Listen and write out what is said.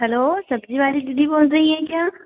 hello सब्जी वाली दीदी बोल रही हैं क्या